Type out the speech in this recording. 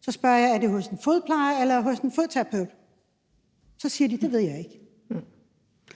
så spørger jeg, om det er hos en fodplejer eller hos en fodterapeut. Så siger det: Det ved jeg ikke.